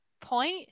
point